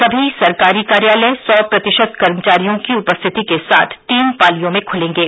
सभी सरकारी कार्यालय सौ प्रतिशत कर्मचारियों की उपस्थिति के साथ तीन पालियों में खुलेंगे